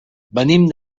venim